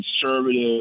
conservative